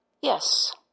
Yes